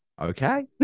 Okay